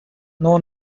know